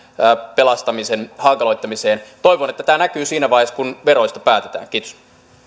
pelastamisen hankaloittamiseen toivon että tämä näkyy siinä vaiheessa kun veroista päätetään kiitos